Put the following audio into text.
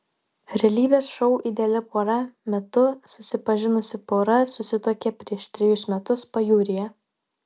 realybės šou ideali pora metu susipažinusi pora susituokė prieš trejus metus pajūryje